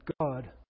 God